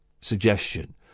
suggestion